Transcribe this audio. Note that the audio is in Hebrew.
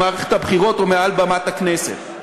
במערכת הבחירות או מעל במת הכנסת.